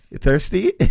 Thirsty